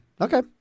Okay